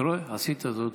אתה רואה, עשית זאת.